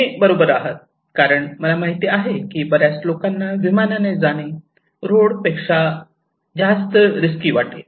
तुम्ही बरोबर आहात कारण मला माहित आहे की बऱ्याच लोकांना विमानाने जाणे रोड पेक्षा जास्त रिस्की वाटेल